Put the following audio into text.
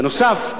בנוסף,